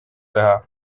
teha